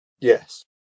Yes